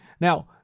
now